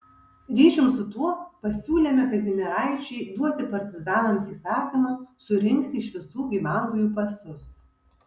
ryšium su tuo pasiūlėme kazimieraičiui duoti partizanams įsakymą surinkti iš visų gyventojų pasus